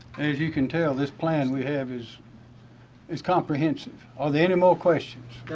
as you can tell this plan we have is is comprehensive. are there any more questions?